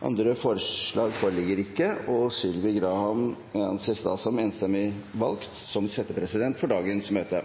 Andre forslag foreligger ikke, og Sylvi Graham anses enstemmig valgt som settepresident for dagens møte.